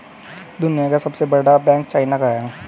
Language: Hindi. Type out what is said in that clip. दुनिया का सबसे बड़ा बैंक चाइना का है